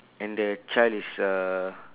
and the child is uh